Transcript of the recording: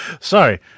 Sorry